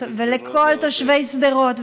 ולכל תושבי שדרות,